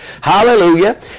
Hallelujah